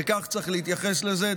וכך צריך להתייחס לזה.